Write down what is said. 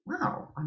Wow